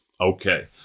Okay